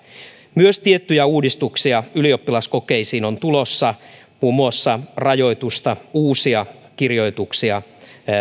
myös tiettyjä uudistuksia ylioppilaskokeisiin on tulossa muun muassa rajoitus uusia kirjoituksia